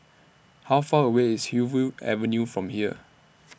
How Far away IS Hillview Avenue from here